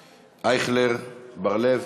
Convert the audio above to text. אייכלר, בר-לב,